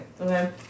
okay